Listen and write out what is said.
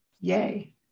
yay